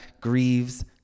grieves